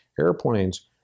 airplanes